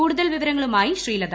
കൂടുതൽ വിവരങ്ങളുമായി ശ്രീലത